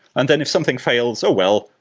and then, if something fails, oh well,